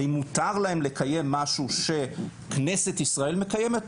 האם מותר להם לקיים משהו שכנסת ישראל מקיימת,